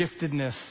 giftedness